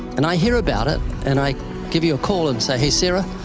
and i hear about it, and i give you a call and say, hey, sarah,